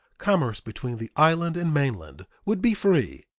commerce between the island and mainland would be free.